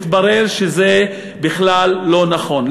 מתברר שזה בכלל לא נכון.